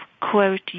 quote